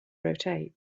rotate